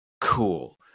cool